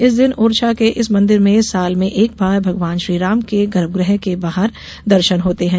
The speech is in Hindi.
इस दिन ओरछा के इस मंदिर में साल में एक बार भगवान श्री राम के गर्भगृह के बाहर दर्शन होते हैं